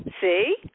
See